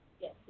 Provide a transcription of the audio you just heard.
Yes